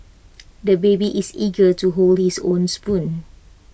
the baby is eager to hold his own spoon